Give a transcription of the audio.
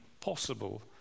possible